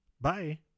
Bye